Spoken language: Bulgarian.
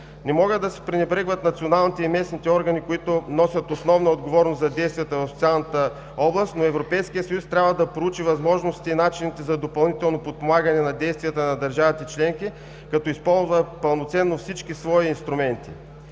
Не могат да се пренебрегват националните и местните органи, които носят основна отговорност за действията в социалната област, но Европейският съюз трябва да проучи възможностите и начините за допълнително подпомагане на действията на държавите членки, като използва пълноценно всички свои инструменти.